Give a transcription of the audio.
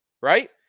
right